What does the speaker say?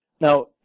Now